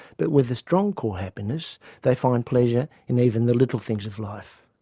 but with a strong core happiness they find pleasure in even the little things of life.